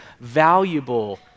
valuable